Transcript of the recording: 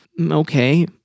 okay